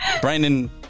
Brandon